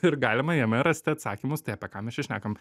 ir galima jame rasti atsakymus tai apie ką mes čia šnekam